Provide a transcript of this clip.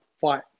fight